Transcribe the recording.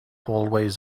hallways